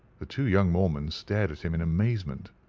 the two young mormons stared at him in amazement.